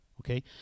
okay